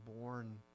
born